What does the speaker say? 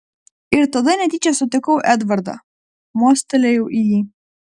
ir tada netyčia sutikau edvardą mostelėjau į jį